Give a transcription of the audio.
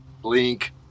blink